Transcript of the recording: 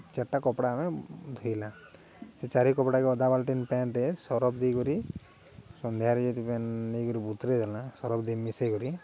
ଚାରିଟା କପଡ଼ା ଆମେ ଧୋଇଲା ସେ ଚାରି କପଡ଼ାକ ଅଧା ବାଲ୍ଟି ପେନ୍ଟେ ସରଫ ଦେଇକରି ସନ୍ଧ୍ୟାରେ ଯଦି ପ୍ୟାଣ୍ଟ ନେଇକରି ବତୁରାଇ ଦେଲା ସରଫ ଦେଇ ମିଶାଇକରି